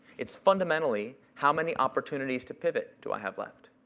it's fundamentally how many opportunities to pivot do i have left?